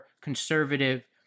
conservative